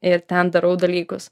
ir ten darau dalykus